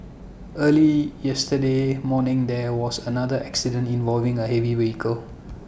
early yesterday morning there was another accident involving A heavy vehicle